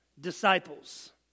disciples